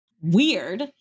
weird